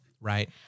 Right